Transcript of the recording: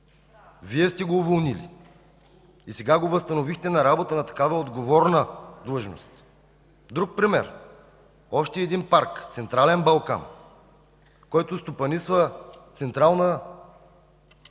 Вие сте го уволнили! И сега го възстановихте на работа на такава отговорна длъжност. Друг пример, още един парк – „Централен Балкан”, който стопанисва Централна Стара